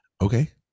Okay